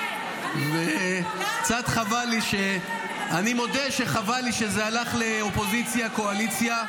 --- אני מודה שחבל לי שזה הלך לאופוזיציה וקואליציה.